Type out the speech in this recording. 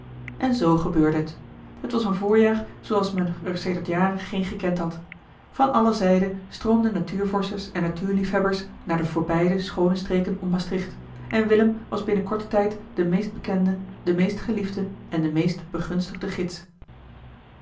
en zoo gebeurde het het was een voorjaar zooals men er seders jaren geen gekend had van alle zijden stroomden natuurvorschers en natuurliefhebbers naar de voor beide schoone streken om maastricht en willem was binnen korten tijd de meest bekende de meest geliefde en meest begunstigde gids